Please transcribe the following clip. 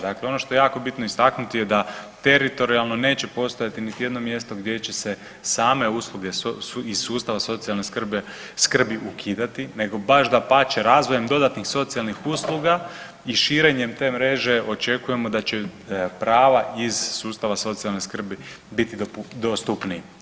Dakle ono što je jako bitno istaknuti je da teritorijalno neće postojati niti jedno mjesto gdje će se same usluge iz sustava socijalne skrbi ukidati nego baš dapače, razvojem dodatnih socijalnih usluga i širenjem te mreže očekujemo da će prava iz sustava socijalne skrbi biti dostupniji.